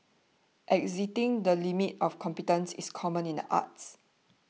exceeding the limits of competence is common in the arts